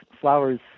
flowers